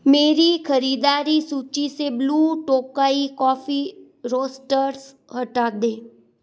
मेरी खरीदारी सूचि से ब्लू टोकाई कॉफ़ी रोस्टर्स हटा दें